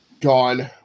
gone